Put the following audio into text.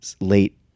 late